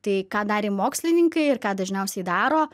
tai ką darė mokslininkai ir ką dažniausiai daro